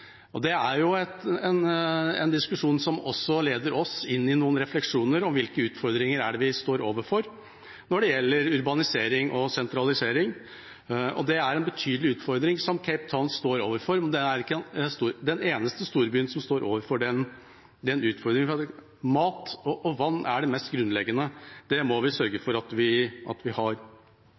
Det er en diskusjon som leder oss inn i noen refleksjoner om hvilke utfordringer vi står overfor når det gjelder urbanisering og sentralisering. Det er en betydelig utfordring Cape Town står overfor, men det er ikke den eneste storbyen som står overfor den utfordringen, fordi mat og vann er det mest grunnleggende. Det må vi sørge for at vi har. Når en her diskuterer bibelsitater og 1814, tror jeg at